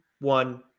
one